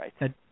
Right